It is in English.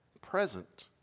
present